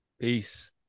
Peace